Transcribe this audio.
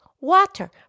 water